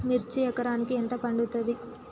మిర్చి ఎకరానికి ఎంత పండుతది?